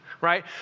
right